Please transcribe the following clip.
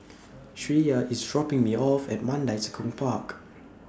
Shreya IS dropping Me off At Mandai Tekong Park